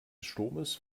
sturmes